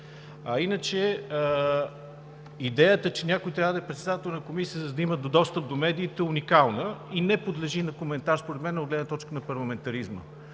иначе идеята, че някой трябва да е председател на комисия, за да има достъп до медиите, е уникална и не подлежи на коментар според мен от гледна точка на парламентаризма.